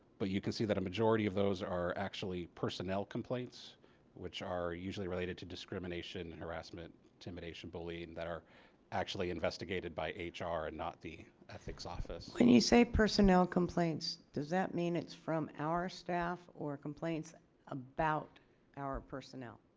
but you can see that a majority of those are actually personnel complaints which are usually related to discrimination and harassment intimidation bullying that are actually investigated by h r. and not the ethics office. harris when you say personnel complaints does that mean it's from our staff or complaints about our personnel?